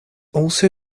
also